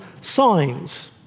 signs